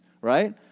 right